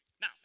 Now